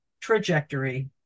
trajectory